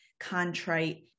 contrite